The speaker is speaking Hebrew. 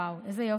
וואו, איזה יופי.